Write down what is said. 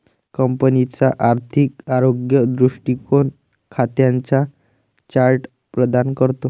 कंपनीचा आर्थिक आरोग्य दृष्टीकोन खात्यांचा चार्ट प्रदान करतो